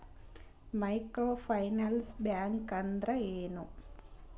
Micro finance bank ಅಂದ್ರ ಏನು?